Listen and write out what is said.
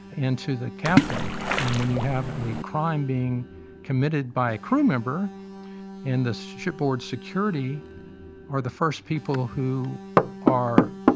and to the captain in when you have a crime being committed by a crew member in this shipboard security are the first people who are.